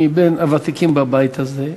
אני בין הוותיקים בבית הזה,